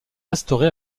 restaurée